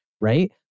right